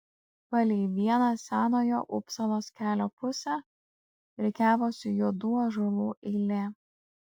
palei vieną senojo upsalos kelio pusę rikiavosi juodų ąžuolų eilė